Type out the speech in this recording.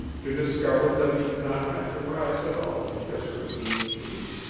to discover that he did not have to rise at all to kiss her seamed cheek.